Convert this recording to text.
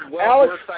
Alex